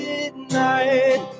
Midnight